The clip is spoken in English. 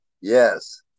Yes